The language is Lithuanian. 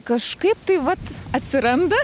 kažkaip tai vat atsiranda